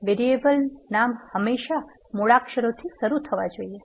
variable નામ હંમેશાં મૂળાક્ષરોથી શરૂ થવા જોઇએ